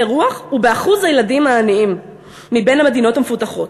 רוח ובאחוז הילדים העניים בין המדינות המפותחות.